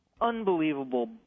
unbelievable